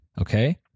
okay